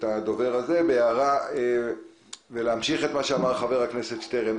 מה שאמר חבר הכנסת שטרן.